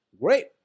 Great